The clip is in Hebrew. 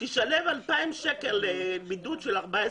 תשלם 2,000 שקלים לבידוד של 14 ימים,